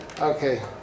Okay